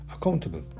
accountable